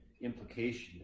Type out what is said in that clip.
implication